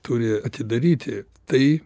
turi atidaryti tai